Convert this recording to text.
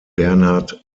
bernhard